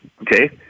Okay